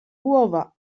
głowa